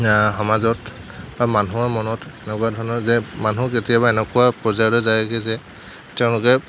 সমাজত বা মানুহৰ মনত এনেকুৱা ধৰণৰ যে মানুহ কেতিয়াবা এনেকুৱা পৰ্যায়লৈ যায়গৈ যে তেওঁলোকে